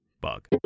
bug